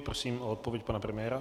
Prosím o odpověď pana premiéra.